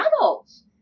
adults